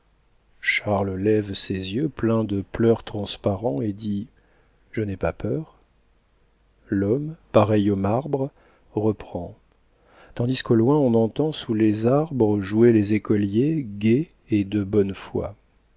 charles lève ses yeux pleins de pleurs transparents et dit je n'ai pas peur l'homme pareil aux marbres reprend tandis qu'au loin on entend sous les arbres jouer les écoliers gais et de bonne fois